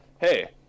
hey